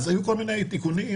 היו כל מיני תיקונים,